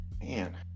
Man